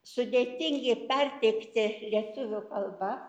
sudėtingi perteikti lietuvių kalba